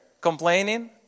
complaining